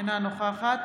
אינה נוכחת